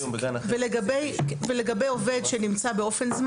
ולגבי עובד שנמצא באופן זמני,